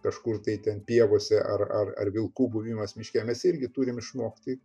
kažkur tai ten pievose ar ar ar vilkų buvimas miške mes irgi turim išmokti